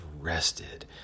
rested